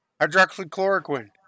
Hydroxychloroquine